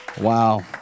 Wow